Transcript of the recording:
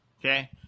Okay